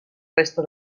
resta